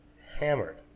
hammered